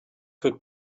could